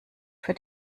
für